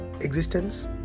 Existence